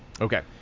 okay